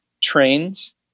trains